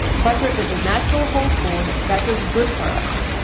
butter is a natural whole food that is good for us,